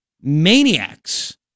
maniacs